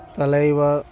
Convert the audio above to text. తలైవా